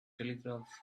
telegraph